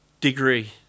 degree